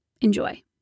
Enjoy